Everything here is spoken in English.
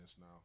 now